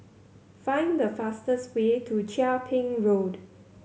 find the fastest way to Chia Ping Road